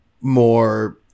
more